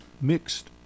Mixed